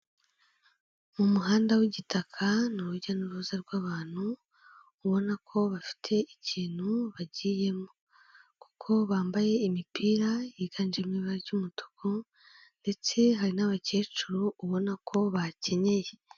Mu muhanda w'igitaka ni urujya n'uruza rw'abantu, ubona ko bafite ikintu bagiyemo, kuko bambaye imipira yiganjemo ibara ry'umutuku, ndetse hari n'abakecuru ubona ko bakenyeye.